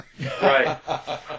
Right